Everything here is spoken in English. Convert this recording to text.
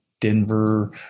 Denver